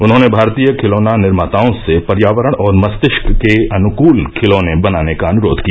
उन्होंने भारतीय खिलौना निर्माताओं से पर्यावरण और मस्तिष्क के अनुकूल खिलौने बनाने का अनुरोध किया